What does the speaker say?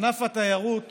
ענף התיירות